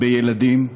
בילדים,